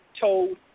Told